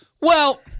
Well-